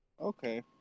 Okay